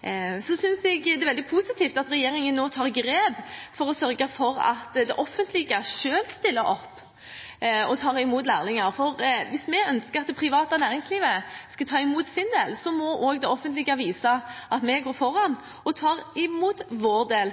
synes også det er veldig positivt at regjeringen nå tar grep for å sørge for at det offentlige selv stiller opp og tar imot lærlinger, for hvis vi ønsker at det private næringslivet skal ta imot sin del, må også det offentlige vise at vi går foran og tar imot vår del